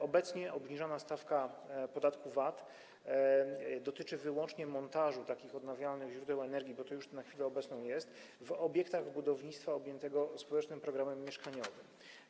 Obecnie obniżona stawka podatku VAT dotyczy wyłącznie montażu takich odnawialnych źródeł energii - to już na chwilę obecną jest - w obiektach budownictwa objętego społecznym programem mieszkaniowym.